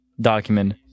document